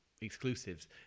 exclusives